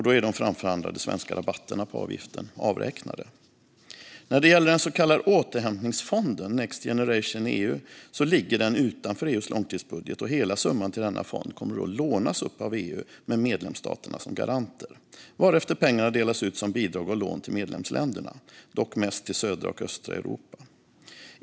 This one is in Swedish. Då är de framförhandlade svenska rabatterna på avgiften avräknade. När det gäller den så kallade återhämtningsfonden, Next Generation EU, ligger den utanför EU:s långtidsbudget. Hela summan till denna fond kommer att lånas upp av EU med medlemsstaterna som garanter. Därefter delas pengarna ut som bidrag och lån till medlemsländerna, dock mest till södra och östra Europa.